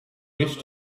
wish